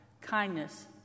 kindness